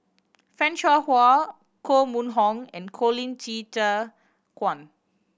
Fan Shao Hua Koh Mun Hong and Colin Qi Zhe Quan